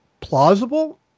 plausible